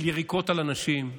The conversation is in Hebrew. של יריקות על אנשים,